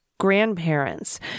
Grandparents